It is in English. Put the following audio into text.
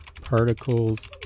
particles